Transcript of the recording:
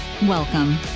welcome